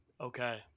Okay